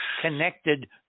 connected